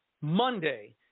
Monday